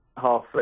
half